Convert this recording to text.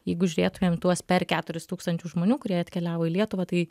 jeigu žiūrėtumėm tuos per keturis tūkstančius žmonių kurie atkeliavo į lietuvą tai